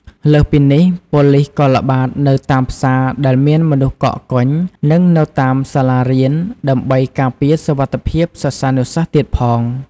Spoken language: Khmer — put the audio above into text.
លើសពីនេះ ប៉ូលិសក៏ល្បាតនៅតាមផ្សារដែលមានមនុស្សកកកុញ និងនៅតាមសាលារៀនដើម្បីការពារសុវត្ថិភាពសិស្សានុសិស្សទៀតផង។